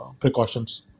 precautions